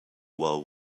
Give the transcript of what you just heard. while